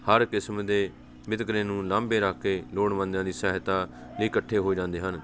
ਹਰ ਕਿਸਮ ਦੇ ਵਿਤਕਰੇ ਨੂੰ ਲਾਂਭੇ ਰੱਖ ਕੇ ਲੋੜਵੰਦਾਂ ਦੀ ਸਹਾਇਤਾ ਇਕੱਠੇ ਹੋ ਜਾਂਦੇ ਹਨ